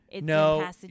No